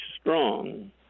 Strong